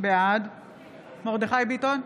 בעד מיכאל מרדכי ביטון,